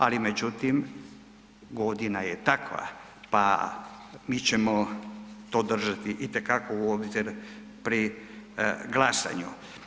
Ali međutim godina je takva, pa mi ćemo to držati itekako u obzir pri glasanju.